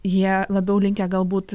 jie labiau linkę galbūt